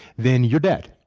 then you're dead.